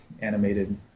animated